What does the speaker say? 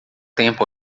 tempo